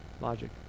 logic